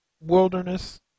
wilderness